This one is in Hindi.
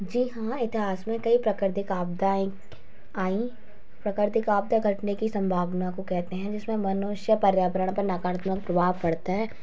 जी हाँ इतिहास में कई प्राकृतिक आपदाएँ आईं प्राकृतिक आपदा घटने की संभावना को कहते हैं जिसमें मनुष्य पर्यावरण पर नकारात्मक प्रभाव पड़ता है